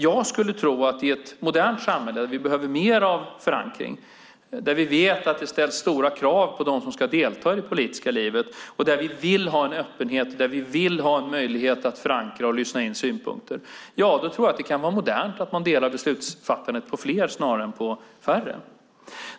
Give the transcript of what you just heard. Jag skulle tro att vi i ett modernt samhälle behöver mer av förankring. Vi vet att det ställs stora krav på dem som ska delta i det politiska livet, och vi vill ha en öppenhet och en möjlighet att förankra och lyssna på synpunkter. Då kan det vara modernt att dela beslutsfattandet på fler snarare än på färre.